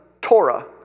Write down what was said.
Torah